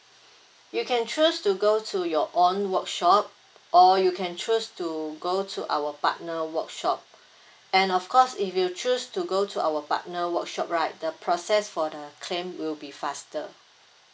you can choose to go to your own workshop or you can choose to go to our partner workshop and of course if you choose to go to our partner workshop right the process for the claim will be faster